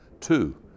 two